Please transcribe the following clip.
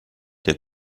der